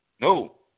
No